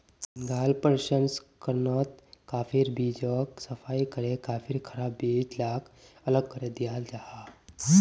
भीन्गाल प्रशंस्कर्नोत काफिर बीजोक सफाई करे काफिर खराब बीज लाक अलग करे दियाल जाहा